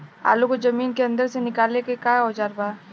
आलू को जमीन के अंदर से निकाले के का औजार बा?